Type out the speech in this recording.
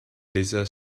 desert